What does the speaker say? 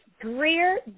Greer